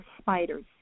spiders